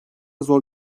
zor